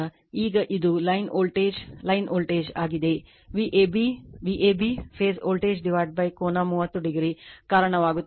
ಆದ್ದರಿಂದ ಈಗ ಇದು ಲೈನ್ ವೋಲ್ಟೇಜ್ ಲೈನ್ ವೋಲ್ಟೇಜ್ ಆಗಿದೆ Vab Vab ಫೇಸ್ ವೋಲ್ಟೇಜ್ ಕೋನ 30 o ಕಾರಣವಾಗುತ್ತದೆ